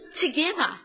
together